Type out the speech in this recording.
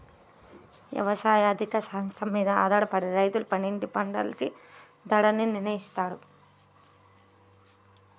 యవసాయ ఆర్థిక శాస్త్రం మీద ఆధారపడే రైతులు పండించే పంటలకి ధరల్ని నిర్నయిత్తారు